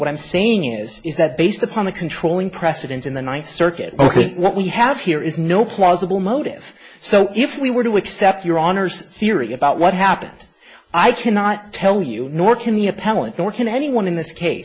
what i'm saying is is that based upon the controlling precedent in the ninth circuit ok what we have here is no plausible motive so if we were to accept your honour's theory about what happened i cannot tell you nor can the appellant nor can anyone in this case